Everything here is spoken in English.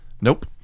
Nope